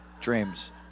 dreams